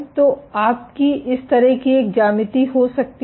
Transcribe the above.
तो आपकी इस तरह की एक ज्यामिति हो सकती हैं